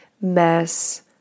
mess